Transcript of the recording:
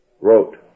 wrote